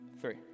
three